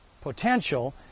potential